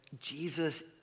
Jesus